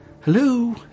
Hello